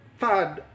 third